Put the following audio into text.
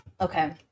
okay